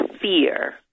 fear